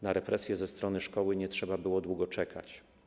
Na represje ze strony szkoły nie trzeba było długo czekać.